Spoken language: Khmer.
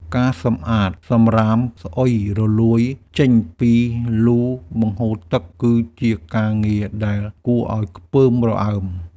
ការសម្អាតសម្រាមស្អុយរលួយចេញពីលូបង្ហូរទឹក គឺជាការងារដែលគួរឱ្យខ្ពើមរអើម។